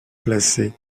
placer